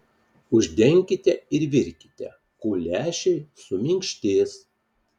uždenkite ir virkite kol lęšiai suminkštės